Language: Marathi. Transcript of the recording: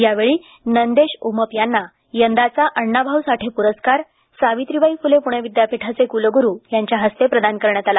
यावेळी नंदेश उमप यांना यंदाचा अण्णा भाऊ साठे पुरस्कार सावित्रीबाई फुले पुणे विद्यापीठाचे कुलगुरू यांच्या हस्ते प्रदान करण्यात आला